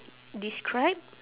describe